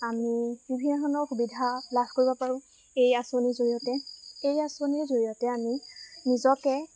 আমি বিভিন্ন ধৰণৰ সুবিধা লাভ কৰিব পাৰোঁ এই আঁচনিৰ জৰিয়তে এই আঁচনিৰ জৰিয়তে আমি নিজকে